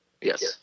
Yes